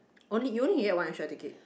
only you only can get one extra ticket